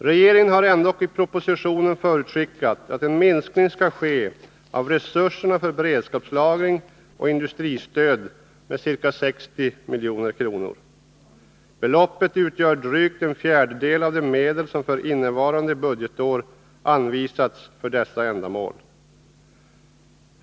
Regeringen har ändock i propositionen förutskickat att en minskning skall ske av resurserna för beredskapslagring och industristöd med ca 60 milj.kr. Beloppet utgör drygt en fjärdedel av de medel som för innevarande budgetår anvisats för dessa ändamål.